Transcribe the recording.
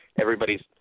everybody's